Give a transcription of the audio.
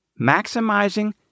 maximizing